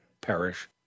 perish